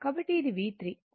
కాబట్టి ఇది V3